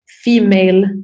female